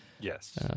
yes